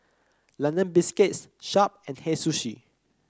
London Biscuits Sharp and Hei Sushi